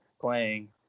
playing